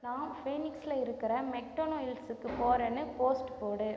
நான் ஃபீனிக்ஸில் இருக்கிற மெக்டொனால்ட்ஸுக்குப் போகிறேன்னு போஸ்ட் போடு